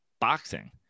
boxing